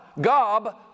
gob